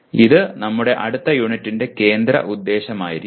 അത് നമ്മുടെ അടുത്ത യൂണിറ്റിന്റെ കേന്ദ്ര ഉദ്ദേശമായിരിക്കും